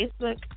Facebook